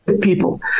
people